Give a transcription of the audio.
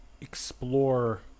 explore